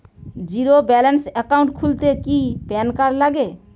Zero balance account খুলতে কি PAN card লাগে?